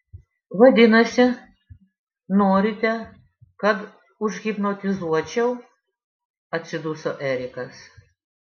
vadinasi norite kad užhipnotizuočiau atsiduso erikas